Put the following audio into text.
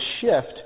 shift